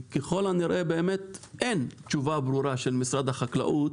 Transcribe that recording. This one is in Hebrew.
ככל הנראה באמת אין תשובה ברורה של משרד החקלאות